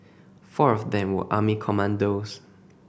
four of them were army commandos